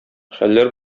хәлләр